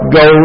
go